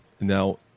now